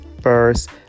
first